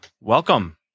Welcome